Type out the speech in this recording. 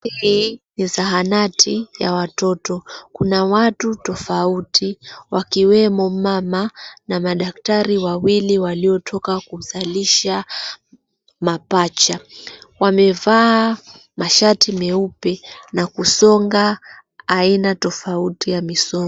Hii ni zahanati ya watoto. Kuna watu tofauti wakiwemo mama, daktari wawili waliotoka kumzalisha mapacha. Wamevaa shati leupe na kusonga aina tofauti ya misongo.